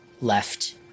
left